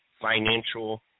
financial